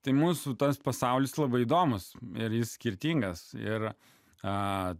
tai mūsų tas pasaulis labai įdomūs ir jis skirtingas ir a